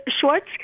Schwartz